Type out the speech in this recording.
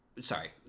sorry